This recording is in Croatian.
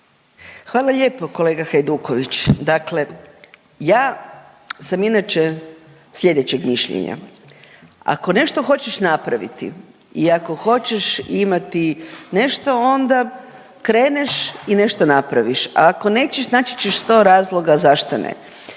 Hvala lijepo kolega Hajduković. Dakle, ja sam inače slijedećeg mišljenja, ako nešto hoćeš napraviti i ako hoćeš imati nešto onda kreneš i nešto napraviš, a ako nećeš naći ćeš 100 razloga zašto ne.